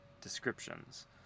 descriptions